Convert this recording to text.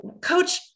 coach